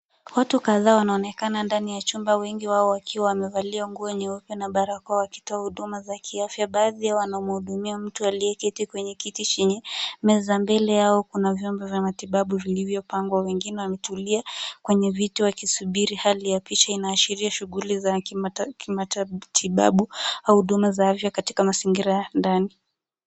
Watu kadhaa wanaonekana ndani ya chumba wengi wao wakiwa wamevalia nguo nyeupe na barakoa wakitoa huduma za kiafya. Baadhi yao wanamhudumia mtu aliyeketi kwenye kiti chenye meza. Mbele yao kuna vyombo vya matibabu vilivyopangwa. Wengine wametulia kwenye viti wakisubiri. Hali ya picha inaashiria shuguli za kimatibabu au huduma za afya katika mazingira ya ndani.